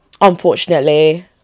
Unfortunately